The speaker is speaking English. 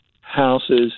houses